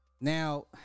now